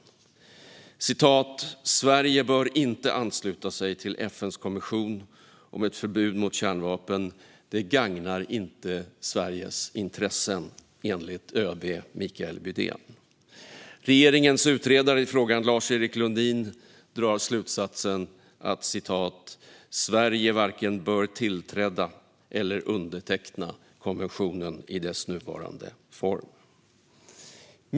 Enligt ÖB Micael Bydén bör Sverige inte ansluta sig till FN:s konvention om ett förbud mot kärnvapen - det gagnar inte Sveriges intressen. Regeringens utredare i frågan, Lars-Erik Lundin, drar slutsatsen att "Sverige varken bör tillträda eller underteckna konventionen i dess nuvarande form".